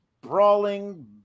brawling